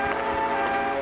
ah